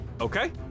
Okay